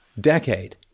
decade